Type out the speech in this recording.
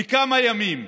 לכמה ימים,